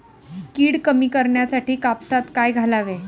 कीड कमी करण्यासाठी कापसात काय घालावे?